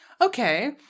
okay